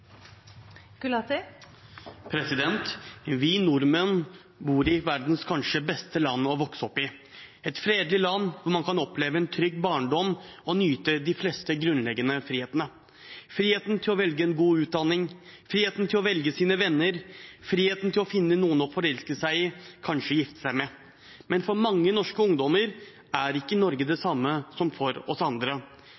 omme. Vi nordmenn bor i verdens kanskje beste land å vokse opp i. Det er et fredelig land hvor man kan oppleve en trygg barndom og nyte de fleste grunnleggende frihetene – friheten til å velge en god utdanning, friheten til å velge sine venner og friheten til å finne noen å forelske seg i og kanskje gifte seg med. Men for mange norske ungdommer er ikke Norge det